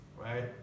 right